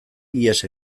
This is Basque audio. ihes